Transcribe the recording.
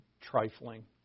trifling